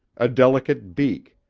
a delicate beak,